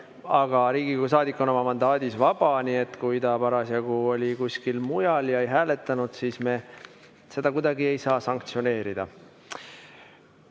Aga Riigikogu saadik on oma mandaadis vaba, nii et kui ta parasjagu oli kuskil mujal ja ei hääletanud, siis me seda ei saa kuidagi sanktsioneerida.